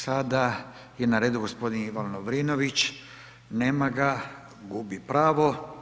Sada je na redu gospodin Ivan Lovrinović, nema ga, gubi pravo.